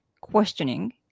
questioning